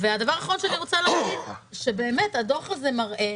הדבר האחרון שאני רוצה להגיד, שהדוח הזה מראה